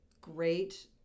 great